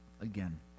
again